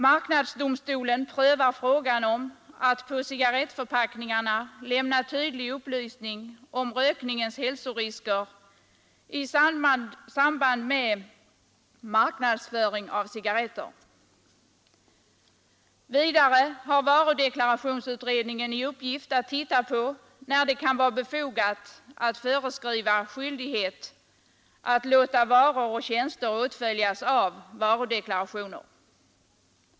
Marknadsdomstolen prövar frågan om att på cigarrettförpackningarna lämna tydlig upplysning om rökningens hälsorisker i samband med marknadsföring av cigarretter. Vidare har varudeklarationsutredningen i uppgift att undersöka när det kan vara befogat att föreskriva skyldighet att låta varor och tjänster åtföljas av varudeklarationer.